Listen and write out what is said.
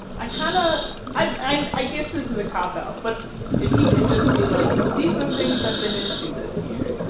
i kind of. i'm i guess this is a cop out. but if he could just be like, these are things i've been into this year.